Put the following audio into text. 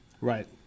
Right